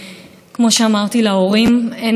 והכאב הוא גדול.